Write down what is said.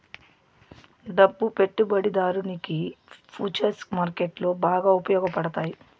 డబ్బు పెట్టుబడిదారునికి ఫుచర్స్ మార్కెట్లో బాగా ఉపయోగపడతాయి